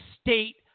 State